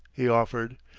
he offered.